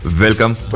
Welcome